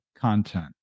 content